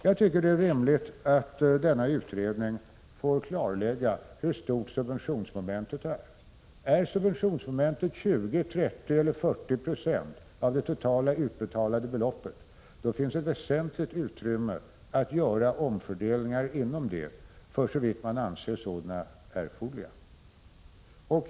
Jag tycker att det är rimligt att nämnda utredning får klarlägga hur stort — Prot. 1986/87:23 subventionsmomentet är. Om subventionsmomentet omfattar 20, 30 eller 11 november 1986 40 90 av det totala utbetalda beloppet, finns det ett väsentligt utrymme för = 77 Cia gg omfördelningar — såvitt man anser sådana vara erforderliga.